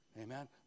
Amen